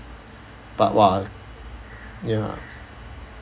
but why ya